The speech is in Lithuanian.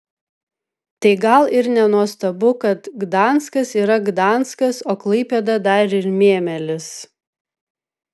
tai gal ir nenuostabu kad gdanskas yra gdanskas o klaipėda dar ir mėmelis